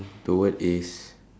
the word is